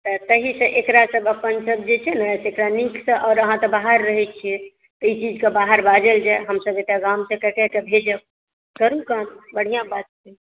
तहि से एकरा सभ अपन सभ छै ने एकरा नीकसँ आओर अहाँ तऽ बाहर रहै छै तऽ ई चीजके बाहर बाजल जाए हमसभ एकरा गामसँ कय कय कऽ भेजब करु काम बढ़िऑं बात छै